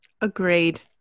Agreed